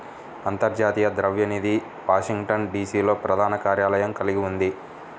అంతర్జాతీయ ద్రవ్య నిధి వాషింగ్టన్, డి.సి.లో ప్రధాన కార్యాలయం కలిగి ఉంది